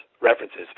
references